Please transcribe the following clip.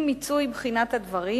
עם מיצוי בחינת הדברים,